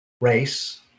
race